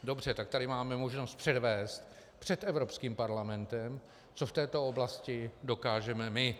Dobře, tak tady máme možnost předvést před Evropským parlamentem, co v této oblasti dokážeme my.